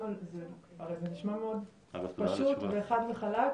הרי זה נשמע מאוד פשוט וחד וחלק,